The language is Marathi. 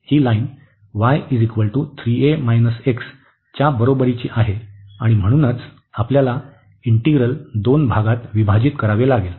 ही लाईन y3a x च्या बरोबरीची आहे आणि म्हणूनच आपल्याला इंटीग्रल दोन भागात विभाजित करावे लागेल